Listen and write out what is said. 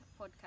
podcast